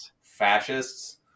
fascists